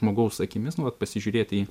žmogaus akimis nu vat pasižiūrėti